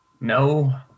No